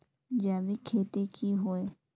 जैविक खेती की होय?